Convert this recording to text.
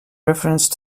reference